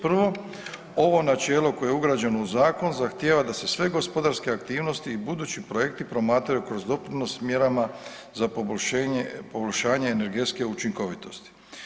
Prvo ovo načelo koje je u građeno u zakon zahtijeva da se sve gospodarske aktivnosti i budući projekti promatraju kao doprinos mjerama za poboljšanje energetske učinkovitosti.